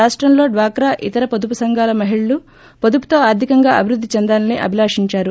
రాష్టంలో డ్వాక్రా ఇతర పొదుపు సంఘాల మహిళలు వోదుపుతో ఆర్దికంగా అభివృద్ధి చెందాలని అభిలాషించారు